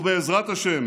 ובעזרת השם